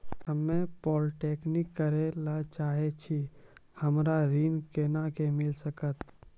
हम्मे पॉलीटेक्निक करे ला चाहे छी हमरा ऋण कोना के मिल सकत?